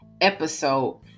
episode